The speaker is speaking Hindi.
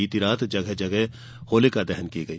बीती रात जगह जगह होलिका दहन की गई